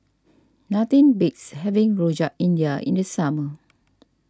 nothing beats having Rojak India in the summer